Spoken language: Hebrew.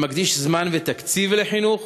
המקדיש זמן ותקציב לחינוך?